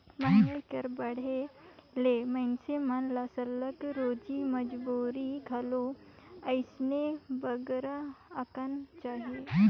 मंहगाई कर बढ़े ले मइनसे मन ल सरलग रोजी मंजूरी घलो अइसने बगरा अकन चाही